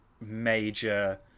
major